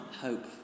hope